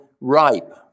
ripe